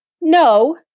no